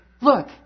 look